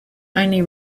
only